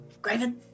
Graven